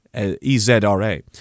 E-Z-R-A